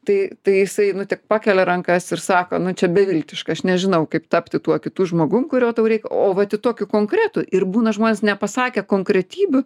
tai tai jisai nu tik pakelia rankas ir sako nu čia beviltiška aš nežinau kaip tapti tuo kitu žmogum kurio tau reik o vat į tokį konkretų ir būna žmonės nepasakę konkretybių